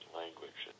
language